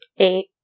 eight